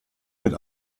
mit